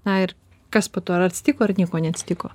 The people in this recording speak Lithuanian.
na ir kas po to ar atsitiko ar nieko neatsitiko